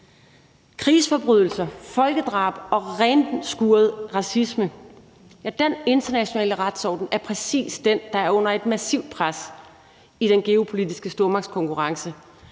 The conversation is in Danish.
krigsforbrydelser, folkedrab og renskuret racisme, er under pres. Dén internationale retsorden er præcis den, der er under et massivt pres i den geopolitiske stormagtskonkurrence